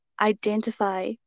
identify